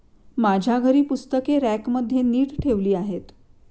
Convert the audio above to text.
माझ्या घरी पुस्तके रॅकमध्ये नीट ठेवली आहेत